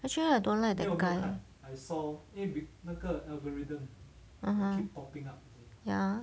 actually I don't like that guy